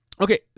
Okay